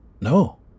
No